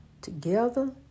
together